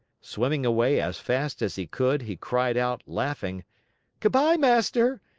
swimming away as fast as he could, he cried out, laughing good-by, master.